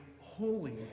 holy